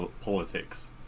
politics